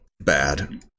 bad